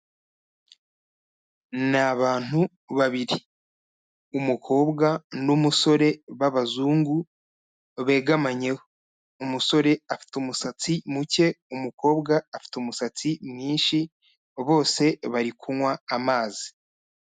Ni abantu babiri. Umukobwa n'umusore b'abazungu, begamanyeho. Umusore afite umusatsi mucye, umukobwa afite umusatsi mwinshi, bose bari kunywa amazi.